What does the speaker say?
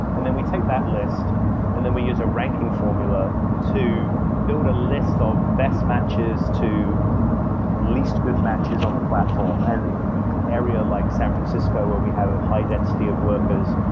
and then we take that list and then we use a ranking formula to build a list of best matches to least good matches on the platform, and area like san francisco where we have a high density of workers,